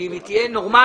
אם היא תהיה נורמלית,